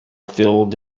filled